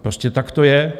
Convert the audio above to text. Prostě tak to je.